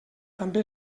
també